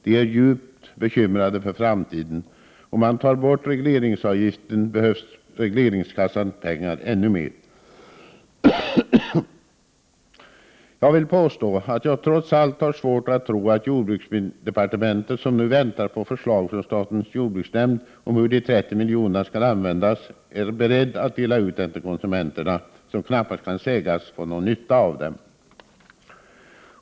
De är djupt bekymrade för framtiden. Om man tar bort regleringsavgiften behövs regleringskassans pengar ännu mera. Jag vill påstå att jag trots allt har svårt att tro att man på jordbruksdepartementet, som nu väntar på förslag från statens jordbruksnämnd om hur de 30 milj.kr. skall användas, är beredd att dela ut dem till konsumenterna, som knappast kan sägas få någon nytta av dem.